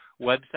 website